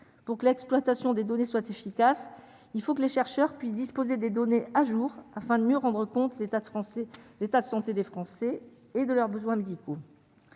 pour que l'exploitation des données soit efficace, il faut que les chercheurs puissent disposer des données à jour afin de mieux rendre compte : l'État français, l'état de santé des Français et de leurs besoins médicaux.